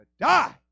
die